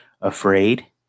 afraid